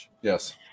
Yes